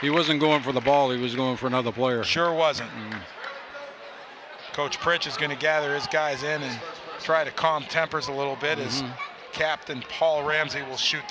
he wasn't going for the ball he was looking for another boy it sure wasn't coach perch is going to gather is guys in and try to calm tempers a little bit is captain paul ramsey will shoot